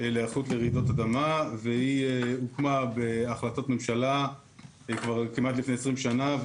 להיערכות לרעידות אדמה והיא הוקמה בהחלטות ממשלה כבר כמעט לפני 20 שנה.